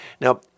now